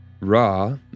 Ra